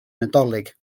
nadolig